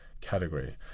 category